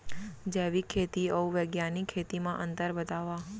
जैविक खेती अऊ बैग्यानिक खेती म अंतर बतावा?